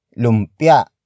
Lumpia